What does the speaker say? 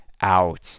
out